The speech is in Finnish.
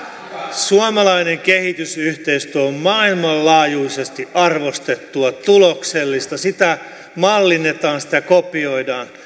suomalainen kehitysyhteistyö on maailmanlaajuisesti arvostettua tuloksellista sitä mallinnetaan sitä kopioidaan